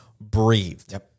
breathed